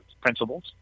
principles